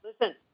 listen